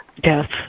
death